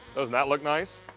doesn't that look nice?